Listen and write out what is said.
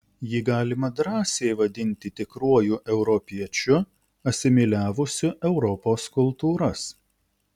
jį galima drąsiai vadinti tikruoju europiečiu asimiliavusiu europos kultūras